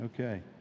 Okay